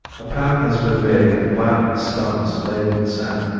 a path has been made of flat stones laid in the sand,